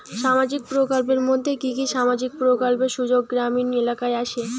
সামাজিক প্রকল্পের মধ্যে কি কি সামাজিক প্রকল্পের সুযোগ গ্রামীণ এলাকায় আসে?